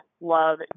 love